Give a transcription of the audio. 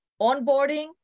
Onboarding